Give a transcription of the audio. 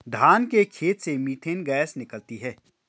धान के खेत से मीथेन गैस निकलती है